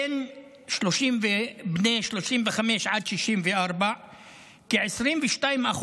בני 35 עד 64, כ-22%,